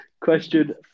Question